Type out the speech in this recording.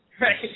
Right